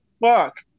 fuck